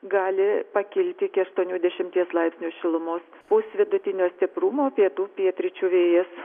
gali pakilti iki aštuonių dešimties laipsnių šilumos pūs vidutinio stiprumo pietų pietryčių vėjas